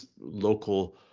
local